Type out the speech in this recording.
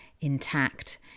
intact